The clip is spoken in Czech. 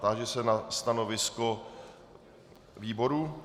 Táži se na stanovisko výboru.